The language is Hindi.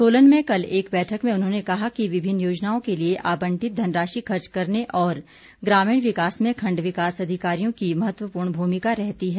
सोलन में कल एक बैठक में उन्होंने कहा कि विभिन्न योजनाओं के लिए आबंटित धनराशि खर्च करने और ग्रामीण विकास में खंड विकास अधिकारियों की महत्वपूर्ण भूमिका रहती है